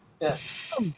Yes